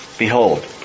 Behold